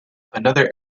another